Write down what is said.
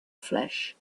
flesh